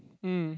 mm